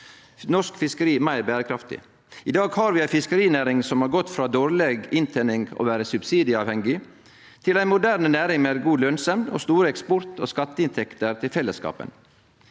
norsk fiskeri meir berekraftig. I dag har vi ei fiskerinæring som har gått frå å ha dårleg inntening og vere subsidieavhengig, til å vere ei moderne næring med god lønsemd og store eksport- og skatteinntekter til fellesskapen.